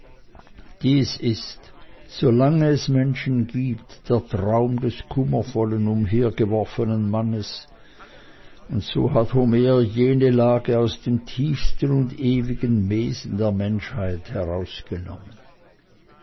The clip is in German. dies ist solange es menschen gibt der traum des kummervollen umhergeworfenen mannes und so hat homer jene lage aus dem tiefsten und ewigen wesen der menschheit herausgenommen